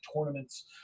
tournaments